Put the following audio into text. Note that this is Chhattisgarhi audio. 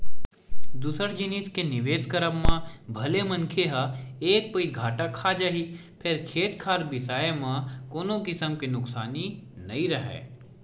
दूसर जिनिस के निवेस करब म भले मनखे ह एक पइत घाटा खा जाही फेर खेत खार बिसाए म कोनो किसम के नुकसानी नइ राहय